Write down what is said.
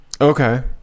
okay